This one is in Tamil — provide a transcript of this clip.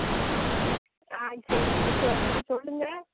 ம் ஆ சரி நீங்கள் சொல் நீங்கள் சொல்லுங்க